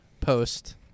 post